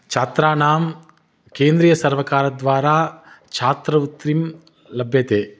छात्राणां केन्द्रीय सर्वकारद्वारा छात्रवृत्रिं लभ्यते